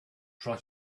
try